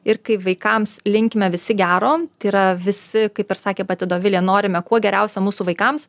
ir kai vaikams linkime visi gero tai yra visi kaip ir sakė pati dovilė norime kuo geriausio mūsų vaikams